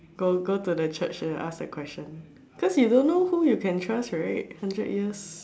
go go to the Church then ask the question cause you don't know who you can trust right hundred years